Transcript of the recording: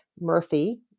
Murphy